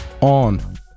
on